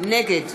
נגד